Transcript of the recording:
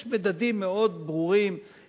יש מדדים מאוד ברורים,